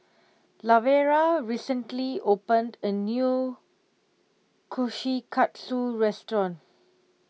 Lavera recently opened a new Kushikatsu restaurant